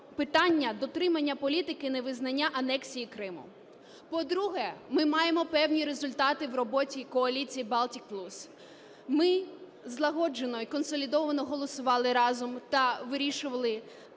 питання дотримання політики невизнання анексії Криму. По-друге, ми маємо певні результати в роботі коаліції "Балтік плюс". Ми злагоджено і консолідовано голосували разом та вирішували